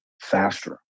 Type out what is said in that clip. faster